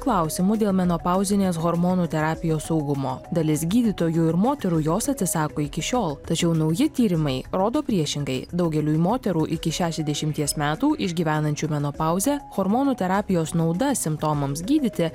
klausimų dėl menopauzinės hormonų terapijos saugumo dalis gydytojų ir moterų jos atsisako iki šiol tačiau nauji tyrimai rodo priešingai daugeliui moterų iki šešiasdešimies metų išgyvenančių menopauzę hormonų terapijos nauda simptomams gydyti